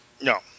No